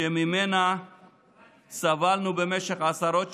אותה מדיניות גזענית שממנה סבלנו במשך עשרות שנים,